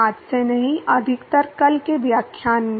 आज में नहीं अधिकतर कल के व्याख्यानों में